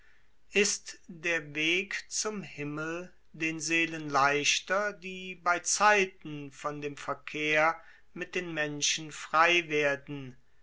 ist der weg zum himmel den seelen leichter die bei zeiten von dem verkehr mit den menschen frei werden